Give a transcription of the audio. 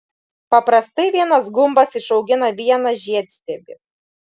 paprastai vienas gumbas išaugina vieną žiedstiebį